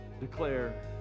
declare